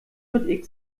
mit